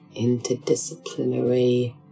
interdisciplinary